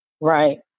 right